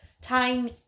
time